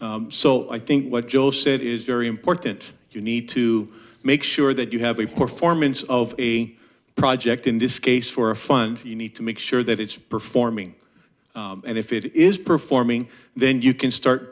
income so i think what joe said is very important you need to make sure that you have the performance of a project in this case for a fund you need to make sure that it's performing and if it is performing then you can start